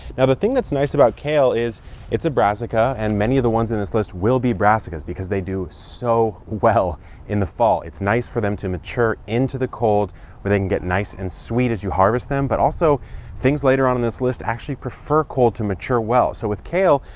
now, the thing that's nice about kale is it's a brassica and many of the ones in this list will be brassicas because they do so well in the fall. it's nice for them to mature into the cold where they can get nice and sweet as you harvest them. but also things later on in this list actually prefer cold to mature well. so with kale,